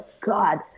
god